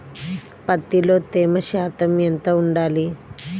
పత్తిలో తేమ శాతం ఎంత ఉండాలి?